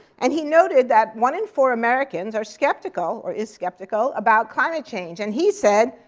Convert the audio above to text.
and he noted that one in four americans are skeptical or is skeptical about climate change. and he said,